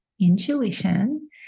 intuition